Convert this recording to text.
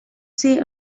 say